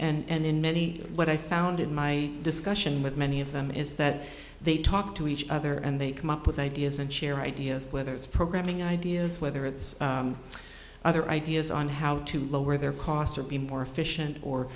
things and in many what i found in my discussion with many of them is that they talk to each other and they come up with ideas and share ideas whether it's programming ideas whether it's other ideas on how to lower their costs or be more efficient or